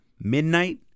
midnight